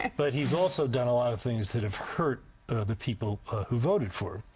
but he's also done a lot of things that have hurt the people who voted for